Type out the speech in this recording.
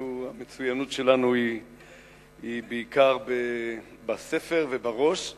המצוינות שלנו היא בעיקר בספר ובראש,